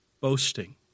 boasting